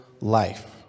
life